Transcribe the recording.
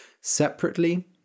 Separately